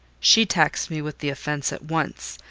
she taxed me with the offence at once,